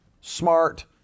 smart